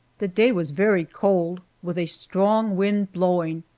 the day was very cold, with a strong wind blowing,